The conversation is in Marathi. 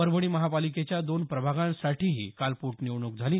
परभणी महापालिकेच्या दोन प्रभागांसाठीही काल पोटनिवडणूक झाली